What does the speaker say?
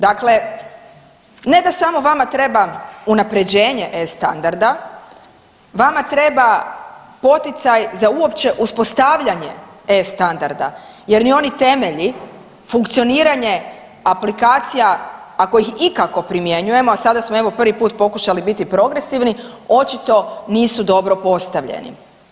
Dakle, ne da vama samo treba unapređenje E-standarda, vama treba poticaj za uopće uspostavljanje E-standarda, jer ni oni temelji funkcioniranje aplikacija ako ih ikako primjenjujemo, a sada smo evo prvi put pokušali biti progresivni, očito nisu dobro postavljeni.